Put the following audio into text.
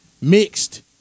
mixed